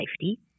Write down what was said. safety